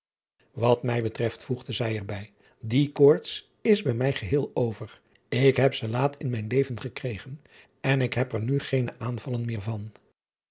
at mij betreft voegde zij er bij die koorts is bij mij geheel over k heb ze laat in mijn leven gekregen en ik heb er nu geene aanvallen meer van